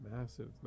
massive